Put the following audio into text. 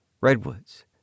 redwoods